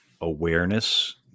awareness